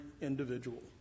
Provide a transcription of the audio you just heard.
individual